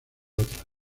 otras